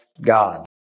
God